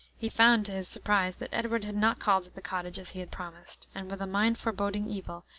he found to his surprise that edward had not called at the cottage as he had promised and with a mind foreboding evil,